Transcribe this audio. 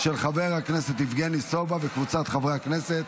של חבר הכנסת יבגני סובה וקבוצת חברי הכנסת.